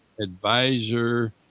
advisor